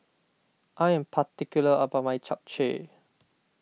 I am particular about my Japchae